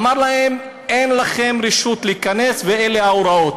אמר להם: אין לכם רשות להיכנס ואלה ההוראות.